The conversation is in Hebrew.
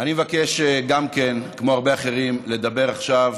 גם אני מבקש, כמו הרבה אחרים, לדבר עכשיו